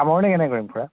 সামৰণি কেনেকৈ কৰিম খুৰা